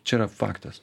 čia yra faktas